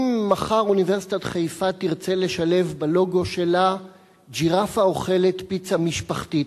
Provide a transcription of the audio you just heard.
אם מחר אוניברסיטת חיפה תרצה לשלב בלוגו שלה ג'ירפה אוכלת פיצה משפחתית,